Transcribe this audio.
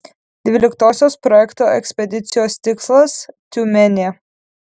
dvyliktosios projekto ekspedicijos tikslas tiumenė